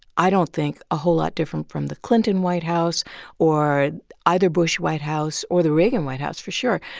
i don't think, a whole lot different from the clinton white house or either bush white house or the reagan white house for sure.